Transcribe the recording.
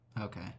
Okay